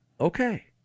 Okay